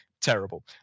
Terrible